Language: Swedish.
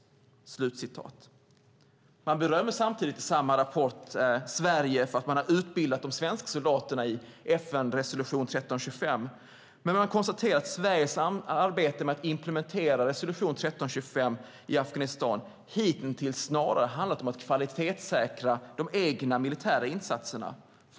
Samtidigt berömmer man i samma rapport Sverige för att man har utbildat de svenska soldaterna i FN-resolution 1325. Man konstaterar dock att Sveriges arbete med att implementera resolution 1325 i Afghanistan hittills snarare handlat om att kvalitetssäkra de egna militära insatserna.